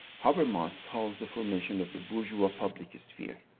habermas calls the formation of the bourgeois public sphere.